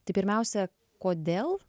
tai pirmiausia kodėl